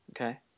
Okay